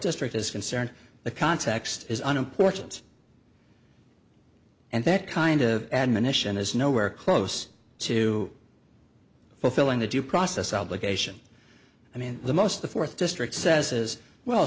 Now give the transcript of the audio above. district is concerned the context is unimportant and that kind of admonition is nowhere close to fulfilling the due process obligation i mean the most the fourth district says is well